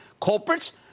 Culprits